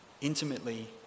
intimately